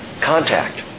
Contact